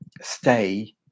stay